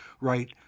right